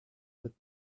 with